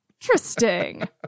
interesting